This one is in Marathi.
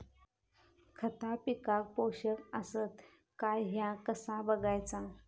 खता पिकाक पोषक आसत काय ह्या कसा बगायचा?